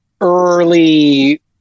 early